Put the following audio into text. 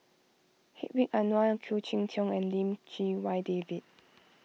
Hedwig Anuar Khoo Cheng Tiong and Lim Chee Wai David